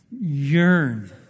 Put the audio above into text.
yearn